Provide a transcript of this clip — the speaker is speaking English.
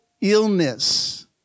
illness